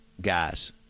guys